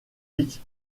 tous